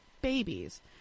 babies